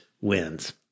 wins